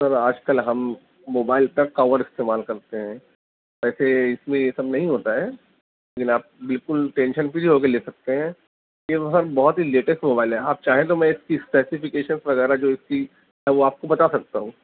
سر آج کل ہم موبائل تک کور استعمال کرتے ہیں ایسے اس میں یہ سب نہیں ہوتا ہے لیکن آپ بالکل ٹینشن فری ہو کے لے سکتے ہیں یہ سر بہت ہی لیٹسٹ موبائل ہے آپ چاہیں تو میں اس کی اسپیسیفیکیشنز وغیرہ جو اس کی ہے وہ آپ کو بتا سکتا ہوں